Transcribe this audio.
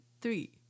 three